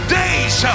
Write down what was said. days